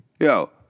Yo